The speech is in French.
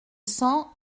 cent